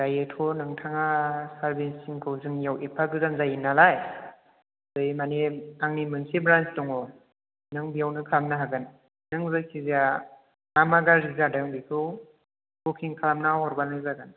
दाथ' नोंथाङा सार्भिसिंखौ जोंनिआव एफ्फा गोजान जायो नालाय ओरै माने आंनि मोनसे ब्रान्स दङ नों बेयावनो खालामनो हागोन नों जायखिजाया मा मा गाज्रि जादों बेखौ बुकिं खालामनानै हरबानो जागोन